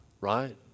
right